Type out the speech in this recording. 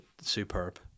superb